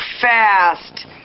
fast